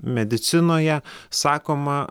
medicinoje sakoma